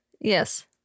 Yes